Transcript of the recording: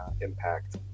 impact